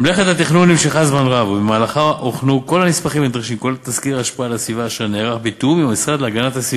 למבקרי הגן הלאומי תתאפשר גישה ישירה באמצעות מחלף חדש על כביש